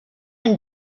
and